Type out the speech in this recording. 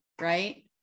right